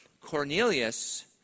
Cornelius